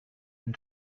and